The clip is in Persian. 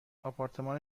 آپارتمان